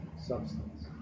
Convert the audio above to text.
substance